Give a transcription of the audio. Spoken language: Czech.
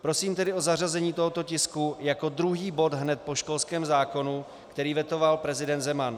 Prosím tedy o zařazení tohoto tisku jako druhý bod hned po školském zákonu, který vetoval prezident Zeman.